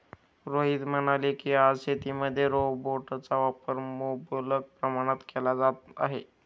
रोहित म्हणाले की, आज शेतीमध्ये रोबोटचा वापर मुबलक प्रमाणात केला जात आहे